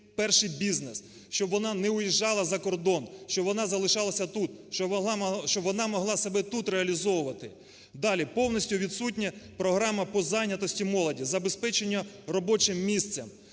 перший бізнес, щоб вона не виїжджала за кордон, щоб вона залишалася тут, щоб вона могла себе тут реалізовувати. Далі. Повністю відсутня програма по зайнятості молоді, забезпеченню робочим місцем.